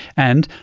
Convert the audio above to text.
and,